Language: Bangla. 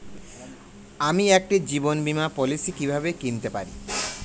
আমি একটি জীবন বীমা পলিসি কিভাবে কিনতে পারি?